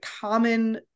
common